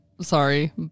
sorry